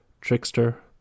Trickster